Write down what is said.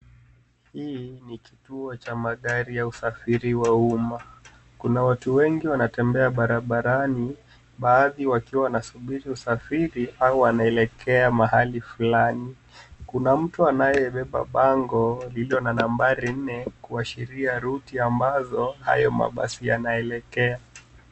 Hii ni kituo cha magari ya usafiri ya umma kuna watu wengi wanatembea Barabarani baadhi wakiwa wana subiri usafiri au wanaelekea mahali fulani. Kuna mtu anaye beba bango lililo na nambari nne kuashiria ruti ambazo hayo mabasi yanaelekea.